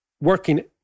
working